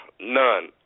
none